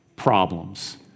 Problems